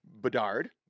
Bedard